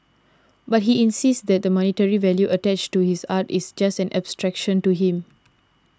but he insists the monetary value attached to his art is just an abstraction to him